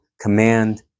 command